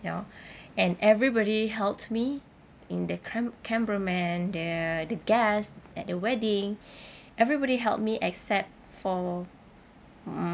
you know and everybody helped me in the cram~ camera man the the guest at the wedding everybody helped me except for